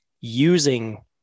using